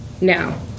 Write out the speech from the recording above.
now